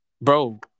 Bro